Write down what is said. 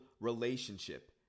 relationship